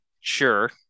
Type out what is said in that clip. Sure